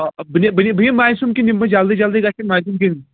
آ بہٕ یِمہٕ بہٕ یِمہٕ مایسوٗم کِنۍ یِمہٕ بہٕ جلدی جلدی گژھِ مایسوٗم کِنۍ